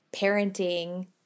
parenting